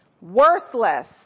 Worthless